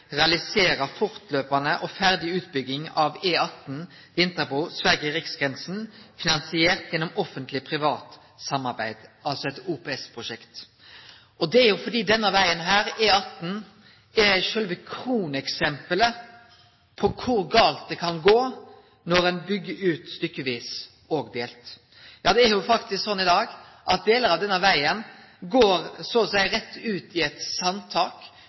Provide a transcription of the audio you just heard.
realisere fortløpende og ferdig utbygging av E18 Vinterbro–Sverige/Riksgrensen finansiert gjennom offentlig privat samarbeid Det er fordi denne vegen, E18, er sjølve kroneksemplet på kor gale det kan gå når ein byggjer ut stykkevis og delt. Ja, det er faktisk sånn i dag at delar av denne vegen går så å seie rett ut i eit sandtak,